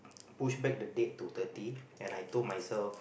push back the date to thirty and I told myself